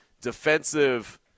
defensive –